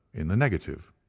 in the negative.